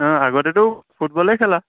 অঁ আগতেতো ফুটবলেই খেলা